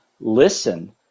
listen